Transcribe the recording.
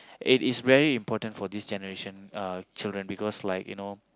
it is very important for this generation uh children because like you know